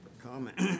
comment